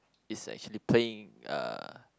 it's actually playing uh